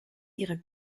ihrer